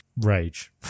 rage